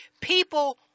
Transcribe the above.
People